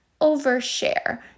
overshare